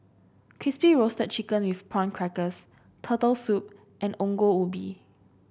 Crispy Roasted Chicken with Prawn Crackers Turtle Soup and Ongol Ubi